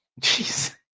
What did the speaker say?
Jeez